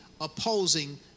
opposing